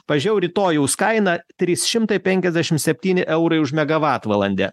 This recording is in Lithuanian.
pažiejau rytojaus kaina trys šimtai penkiasdešim septyni eurai už megavatų valandę